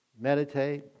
meditate